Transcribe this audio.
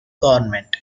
government